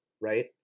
right